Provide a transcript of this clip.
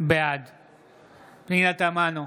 בעד פנינה תמנו,